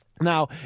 Now